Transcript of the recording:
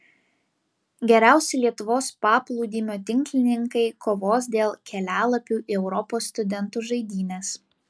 geriausi lietuvos paplūdimio tinklininkai kovos dėl kelialapių į europos studentų žaidynes